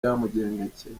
byamugendekeye